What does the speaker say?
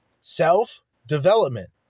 Self-development